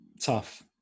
tough